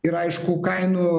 ir aišku kainų